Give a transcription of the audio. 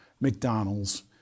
McDonald's